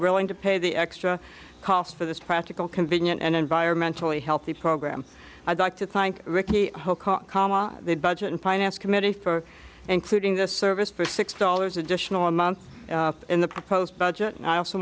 willing to pay the extra cost for this practical convenient and environmentally healthy program i'd like to thank ricky cama the budget and finance committee for including this service for six dollars additional a month in the proposed budget and i also